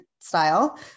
style